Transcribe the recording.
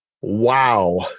Wow